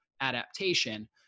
adaptation